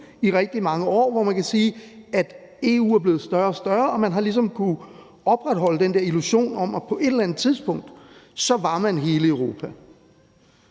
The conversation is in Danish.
i rigtig mange år, hvor man kan sige, at EU er blevet større og større, og man har ligesom kunnet opretholde den der illusion om, at på et eller andet tidspunkt var man hele Europa.